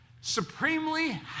supremely